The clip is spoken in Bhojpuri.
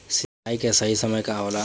सिंचाई के सही समय का होखे?